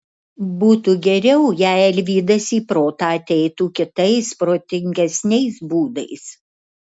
būtų geriau jei alvydas į protą ateitų kitais protingesniais būdais